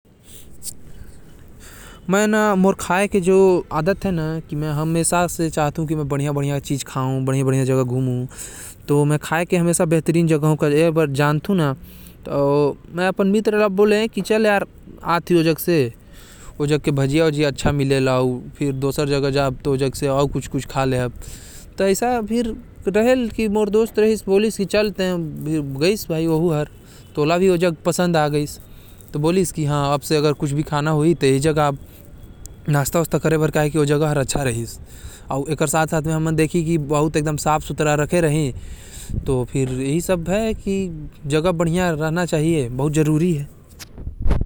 मैं एहि बर सब जगह ला जानथो, काबर की मोके बचपन से सुग्घर-सुग्घर खाये के बढ़ा मन रहिस। मैं अपन संगता मन ला भी कही कही कुछु कुछु खाये ले जाथों।